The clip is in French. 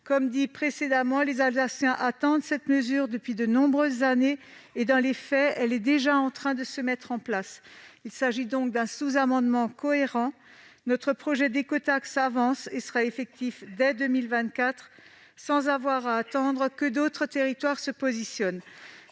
Cela a été dit, les Alsaciens attendent cette mesure depuis de nombreuses années et, dans les faits, elle est déjà en train de se mettre en place. Il s'agit donc d'un sous-amendement cohérent : notre projet d'écotaxe avance et sera effectif dès 2024, sans que l'on ait à attendre que d'autres territoires se positionnent.